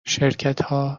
شرکتها